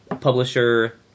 publisher